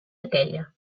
aquella